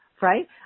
right